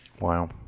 Wow